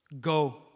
Go